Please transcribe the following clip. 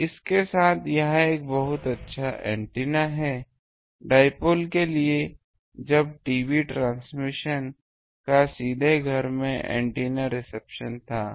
तो इस के साथ यह एक बहुत अच्छा एंटीना है डाइपोल के लिए जब टीवी ट्रांसमिशन का सीधे घर में एंटीना रिसेप्शन था